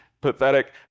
pathetic